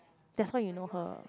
that's why you know her